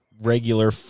regular